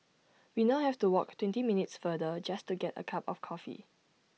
we now have to walk twenty minutes farther just to get A cup of coffee